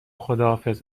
خداحافظ